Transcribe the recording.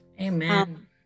amen